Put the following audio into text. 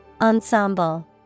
Ensemble